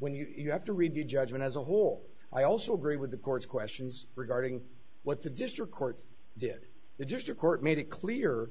when you have to review judgment as a whole i also agree with the court's questions regarding what the district court did the district court made it clear